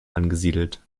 angesiedelt